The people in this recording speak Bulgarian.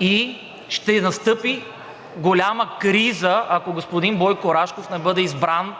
и ще настъпи голяма криза, ако господин Бойко Рашков не бъде избран